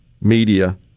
media